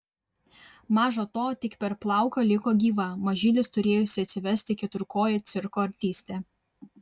maža to tik per plauką liko gyva mažylius turėjusi atsivesti keturkojė cirko artistė